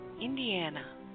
Indiana